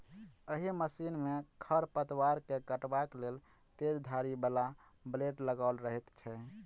एहि मशीन मे खढ़ पतवार के काटबाक लेल तेज धार बला ब्लेड लगाओल रहैत छै